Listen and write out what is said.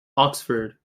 oxford